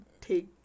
take